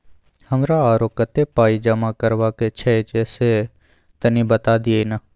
हमरा आरो कत्ते पाई जमा करबा के छै से तनी बता दिय न?